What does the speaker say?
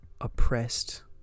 oppressed